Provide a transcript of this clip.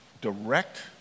direct